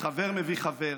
וחבר מביא חבר